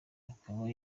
ikaba